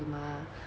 的吗